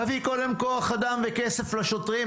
תביא קודם כוח אדם וכסף לשוטרים,